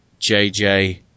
JJ